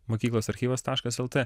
mokyklos archyvas taškas lt